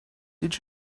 did